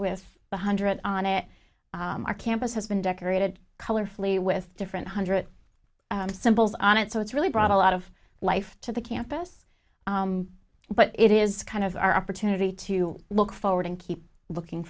with one hundred on it our campus has been decorated colorfully with different hundred symbols on it so it's really brought a lot of life to the campus but it is kind of our opportunity to look forward and keep looking